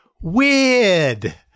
weird